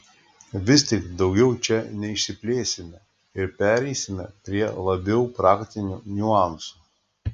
vis tik daugiau čia neišsiplėsime ir pereisime prie labiau praktinių niuansų